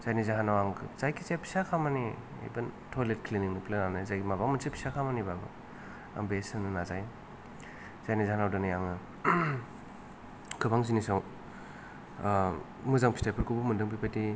जायनि जाहोनाव आं जायखि जाया फिसा खामानि इबेन थयलेथ खिलिनिं बा माबा मोनसे फिसा खामानिबाबो आं बेस्थ होनो नाजायो जायनि जाहोनाव दिनै आङो गोबां जिनिसआव मोजां फिथाइफोरखौबो मोनदों बिबादि